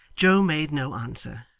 joe made no answer,